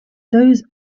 those